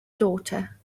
daughter